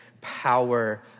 power